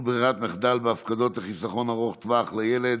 (שינוי מועד יום ציון פועלם של אסיר ציון וקביעת פעולות לציונו),